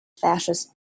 fascist